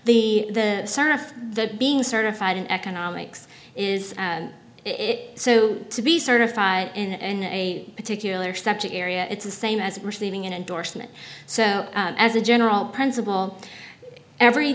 the son of the being certified in economics is it so to be certified and a particular subject area it's the same as receiving an endorsement so as a general principle every